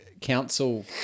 Council